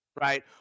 right